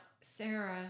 sarah